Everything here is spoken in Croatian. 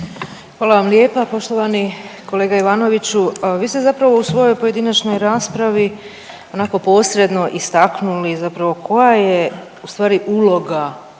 Hvala vam lijepa. Poštovani kolega Ivanoviću vi ste zapravo u svojoj pojedinačnoj raspravi onako posredno istaknuli koja je ustvari uloga